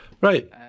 Right